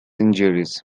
injuries